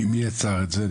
מי יצר את זה?